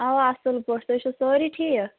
اَوا اَصٕل پٲٹھۍ تُہۍ چھِو سٲری ٹھیٖک